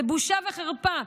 זאת בושה וחרפה.